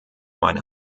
meine